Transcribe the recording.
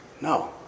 No